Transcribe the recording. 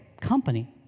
company